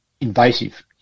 invasive